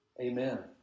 Amen